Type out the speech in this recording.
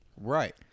right